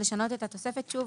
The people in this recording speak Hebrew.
לשנות את התוספת." שוב,